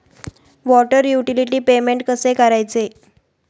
Water utility payment कसे करायचे?